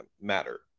matter